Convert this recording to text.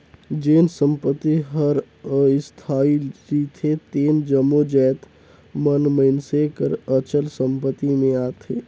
जेन संपत्ति हर अस्थाई रिथे तेन जम्मो जाएत मन मइनसे कर अचल संपत्ति में आथें